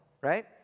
right